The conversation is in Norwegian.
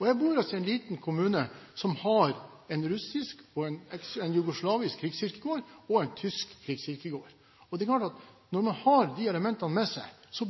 Jeg bor altså i en liten kommune som har en russisk og en jugoslavisk krigskirkegård samt en tysk kirkegård. Det er klart at når man har de elementene med seg,